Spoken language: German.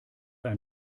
ein